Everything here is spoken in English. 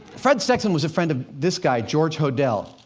fred sexton was a friend of this guy, george hodel.